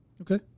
Okay